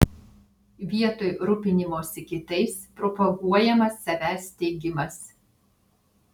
vietoj rūpinimosi kitais propaguojamas savęs teigimas